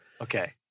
Okay